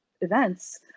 events